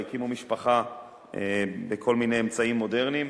הקימו משפחה בכל מיני אמצעים מודרניים,